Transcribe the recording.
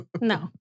No